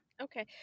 Okay